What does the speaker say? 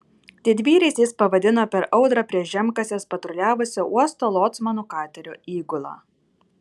didvyriais jis pavadino per audrą prie žemkasės patruliavusią uosto locmanų katerio įgulą